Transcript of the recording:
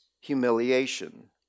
humiliation